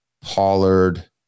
Pollard